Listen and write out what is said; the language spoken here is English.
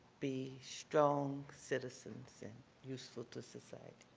be strong citizens and useful to society.